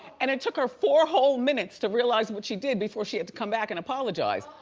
and it took her four whole minutes to realize what she did before she had to come back and apologize.